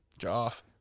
Joff